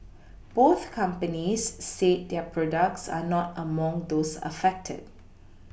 both companies said their products are not among those affected